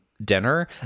dinner